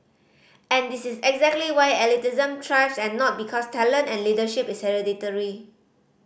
and this is exactly why elitism thrives and not because talent and leadership is hereditary